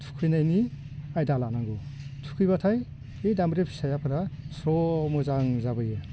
थुखैनायनि आयदा लानांगौ थुखैबाथाय बे दामब्रि फिसाफ्रा स्र मोजां जाबोयो